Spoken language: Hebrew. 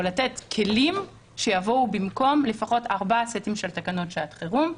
או לתת כלים שיבואו במקום לפחות ארבעה סטים של תקנות שעת חירום,